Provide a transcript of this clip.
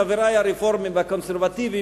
חברי הרפורמים והקונסרבטיבים,